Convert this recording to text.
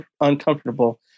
uncomfortable